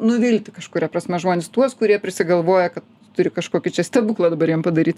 nuvilti kažkuria prasme žmones tuos kurie prisigalvoja kad turi kažkokį stebuklą dabar jiem padaryt